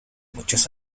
muchos